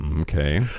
Okay